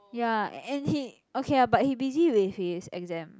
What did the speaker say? ya and he okay lah but he busy with his exam